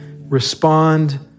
respond